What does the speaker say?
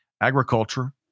agriculture